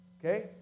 Okay